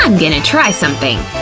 um gonna try something.